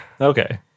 Okay